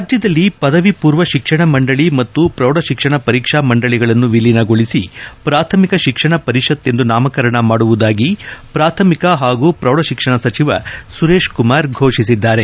ರಾಜ್ಯದಲ್ಲಿ ಪದವಿ ಪೂರ್ವ ಶಿಕ್ಷಣ ಮಂಡಳಿ ಮತ್ತು ಪ್ರೌಢಶಿಕ್ಷಣ ಪರೀಕ್ಷಾ ಮಂಡಳಿಗಳನ್ನು ವಿಲೀನಗೊಳಿಸಿ ಪ್ರಾಥಮಿಕ ಶಿಕ್ಷಣ ಪರಿಷತ್ ಎಂದು ನಾಮಕರಣ ಮಾಡುವುದಾಗಿ ಪ್ರಾಥಮಿಕ ಹಾಗೂ ಪ್ರೌಢಶಿಕ್ಷಣ ಸುರೇಶ್ ಕುಮಾರ್ ಫೋಷಿಸಿದ್ದಾರೆ